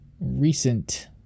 recent